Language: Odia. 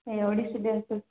ଏଇ ଓଡ଼ିଶୀ ଡ୍ୟାନ୍ସ୍ ଅଛି